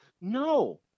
No